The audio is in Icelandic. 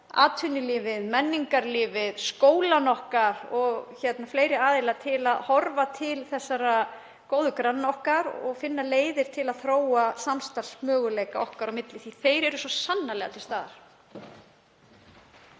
atvinnulífi, menningarlífi, í skólunum okkar og víðar til að horfa til þessara góðu granna okkar og finna leiðir til að þróa samstarfsmöguleika okkar á milli því að þeir eru svo sannarlega til staðar.